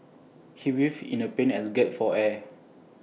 he writhed in A pain as gasped for air